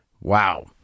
Wow